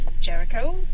Jericho